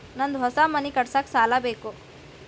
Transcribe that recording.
ನಂದು ಹೊಸ ಮನಿ ಕಟ್ಸಾಕ್ ಸಾಲ ಬೇಕು